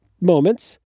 moments